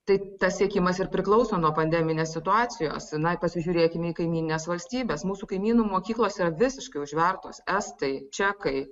tai tas siekimas ir priklauso nuo pandeminės situacijos na pasižiūrėkime į kaimynines valstybes mūsų kaimynų mokyklos yra visiškai užvertos estai čekai